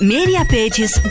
Mediapages